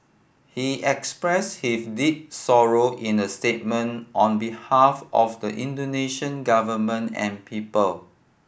he expressed his deep sorrow in a statement on behalf of the Indonesian Government and people